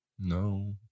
No